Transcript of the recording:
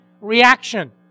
reaction